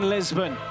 Lisbon